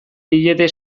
diete